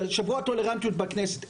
זה שבוע הטולרנטיות בכנסת,